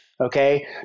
Okay